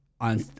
on